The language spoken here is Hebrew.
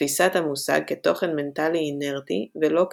מתפיסת המושג כתוכן מנטלי אינרטי, ולא כפונקציה.